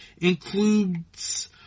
includes